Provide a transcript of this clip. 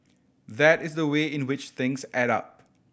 that is the way in which things add up